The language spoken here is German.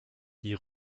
die